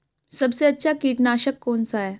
सबसे अच्छा कीटनाशक कौन सा है?